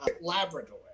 Labrador